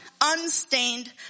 unstained